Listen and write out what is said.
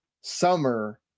summer